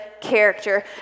character